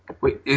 Wait